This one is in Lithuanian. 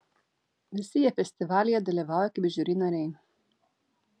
visi jie festivalyje dalyvauja kaip žiuri nariai